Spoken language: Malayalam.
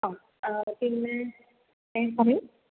ആ പിന്നെ പറയൂ